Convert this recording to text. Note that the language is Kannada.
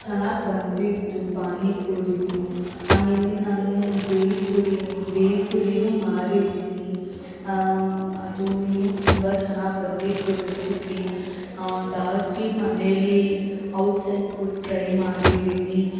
ಚೆನ್ನಾಗಿ ಬಂದಿತ್ತು ಪಾನಿಪುರಿನೂ ಆಮೇಲೆ ನಾನು ಭೇಲ್ಪುರಿ ಭೇಲ್ಪುರಿನು ಮಾಡಿದ್ದೀನಿ ಅದೂನು ತುಂಬ ಚೆನ್ನಾಗಿ ಬಂದಿತ್ತು ರೆಸಿಪಿ ಜಾಸ್ತಿ ಮನೇಲಿ ಔಟ್ ಸೈಡ್ ಫುಡ್ ಟ್ರೈ ಮಾಡಿದ್ದೀನಿ